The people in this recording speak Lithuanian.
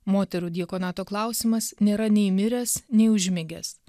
moterų diakonato klausimas nėra nei miręs nei užmigęs